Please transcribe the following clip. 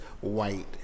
white